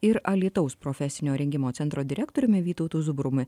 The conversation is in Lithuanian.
ir alytaus profesinio rengimo centro direktoriumi vytautu zubrumi